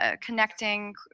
connecting